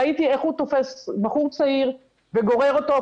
ראיתי איך הוא תופס בחור צעיר וגורר אותו,